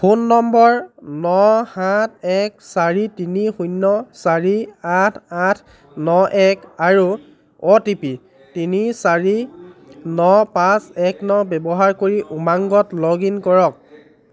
phone নম্বৰ ন সাত এক চাৰি তিনি শূন্য চাৰিআঠ আঠ ন এক আৰু অ' টি পি তিনি চাৰি ন পাঁচ এক ন ব্যৱহাৰ কৰি উমংগত লগ ইন কৰক